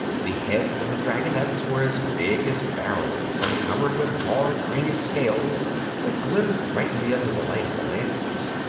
the heads of the dragonettes were as big as barrels and covered with hard, greenish scales that glittered brightly under the light of the lanterns.